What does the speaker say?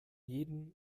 jeden